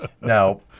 Now